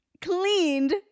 cleaned